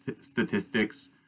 statistics